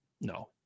No